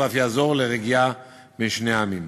ואף יעזור לרגיעה בין שני העמים.